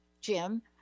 Jim